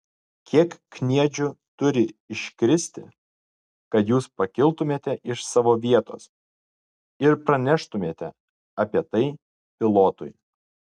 kiek kniedžių turi iškristi kad jūs pakiltumėte iš savo vietos ir praneštumėte apie tai pilotui